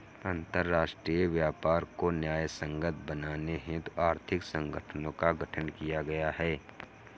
अंतरराष्ट्रीय व्यापार को न्यायसंगत बनाने हेतु आर्थिक संगठनों का गठन किया गया है